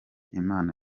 imana